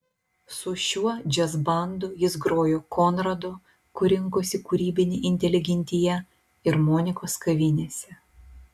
su šiuo džiazbandu jis grojo konrado kur rinkosi kūrybinė inteligentija ir monikos kavinėse